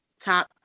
top